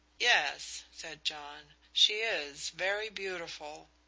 yes, said john, she is very beautiful.